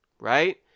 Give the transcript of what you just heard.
right